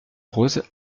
rose